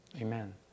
Amen